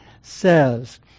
says